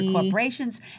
corporations